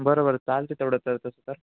बरं बरं चालते तेवढं तर तसं तर